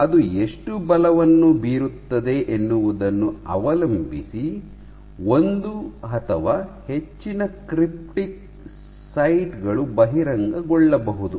ಅದು ಎಷ್ಟು ಬಲವನ್ನು ಬೀರುತ್ತದೆ ಎನ್ನುವುದನ್ನು ಅವಲಂಬಿಸಿ ಒಂದು ಅಥವಾ ಹೆಚ್ಚಿನ ಕ್ರಿಪ್ಟಿಕ್ ಸೈಟ್ ಗಳು ಬಹಿರಂಗಗೊಳ್ಳಬಹುದು